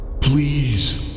Please